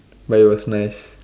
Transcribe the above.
but it was nice